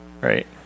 right